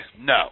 No